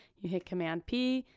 you hit command p,